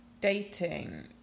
dating